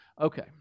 Okay